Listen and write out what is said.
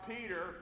Peter